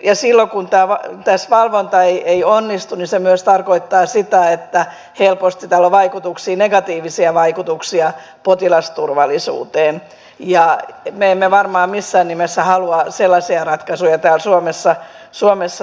silloin kun tämä valvonta ei onnistu se myös tarkoittaa sitä että helposti tällä on negatiivisia vaikutuksia potilasturvallisuuteen ja me emme varmaan missään nimessä halua sellaisia ratkaisuja täällä suomessa tehdä